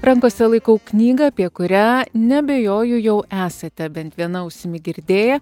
rankose laikau knygą apie kurią neabejoju jau esate bent viena ausimi girdėję